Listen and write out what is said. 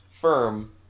firm